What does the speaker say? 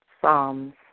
Psalms